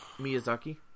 Miyazaki